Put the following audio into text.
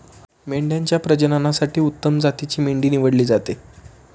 मेंढ्यांच्या प्रजननासाठी उत्तम जातीची मेंढी निवडली जाते